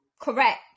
correct